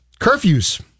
Curfews